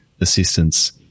Assistance